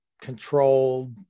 controlled